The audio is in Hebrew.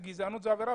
חייבים להיות רק במשרדי